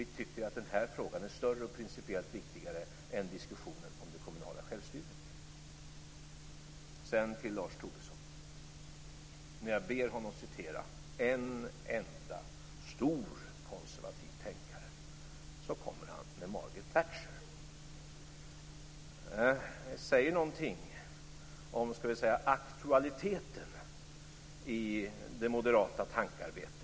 Vi tycker att den här frågan är större och principiellt viktigare än diskussionen om det kommunala självstyret. När jag ber Lars Tobisson att citera en enda stor konservativ tänkare kommer han med Margaret Thatcher. Det säger någonting om aktualiteten i det moderata tankearbetet.